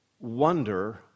Wonder